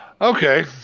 okay